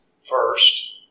first